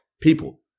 people